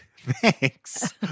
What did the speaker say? thanks